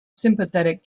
sympathetic